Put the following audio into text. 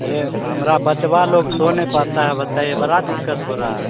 अरे हमरा बचवा लोग सो नहीं पाता हैं बताइए बड़ी दिक्कत हो रही है